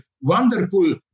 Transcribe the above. wonderful